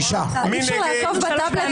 מי נמנע?